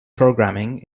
programming